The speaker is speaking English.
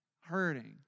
hurting